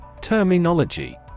Terminology